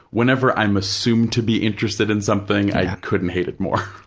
whenever i'm assumed to be interested in something, i couldn't hate it more.